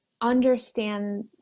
understand